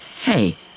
Hey